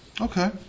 Okay